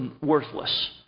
worthless